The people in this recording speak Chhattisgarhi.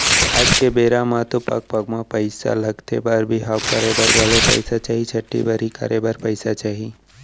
आज के बेरा म तो पग पग म पइसा लगथे बर बिहाव करे बर घलौ पइसा चाही, छठ्ठी बरही करे बर पइसा चाही